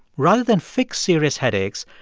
rather than fix serious headaches,